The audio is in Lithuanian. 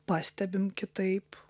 pastebim kitaip